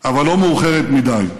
אבל לא מאוחרת מדי.